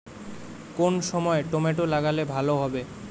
কোন সময় টমেটো লাগালে ভালো হবে?